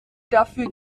dafür